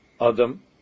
Adam